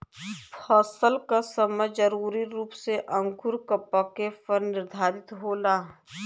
फसल क समय जरूरी रूप से अंगूर क पके पर निर्धारित होला